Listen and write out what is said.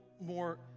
more